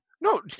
No